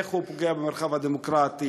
איך הוא פוגע במרחב הדמוקרטי,